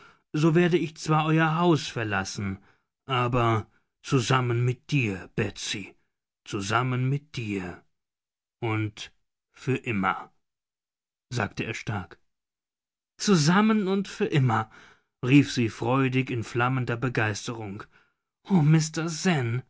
so werde ich zwar euer haus verlassen aber zusammen mit dir betsy zusammen mit dir und für immer sagte er stark zusammen und für immer rief sie freudig in stammender begeisterung